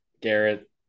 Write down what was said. Garrett